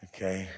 Okay